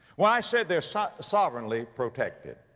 when i said they're sa, sovereignly protected.